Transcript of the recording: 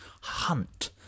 hunt